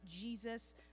Jesus